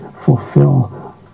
fulfill